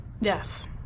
Yes